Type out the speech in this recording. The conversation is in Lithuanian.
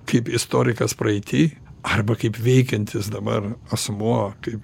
kaip ir istorikas praeity arba kaip veikiantis dabar asmuo kaip